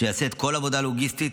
שיעשה את כל העבודה הלוגיסטית,